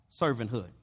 servanthood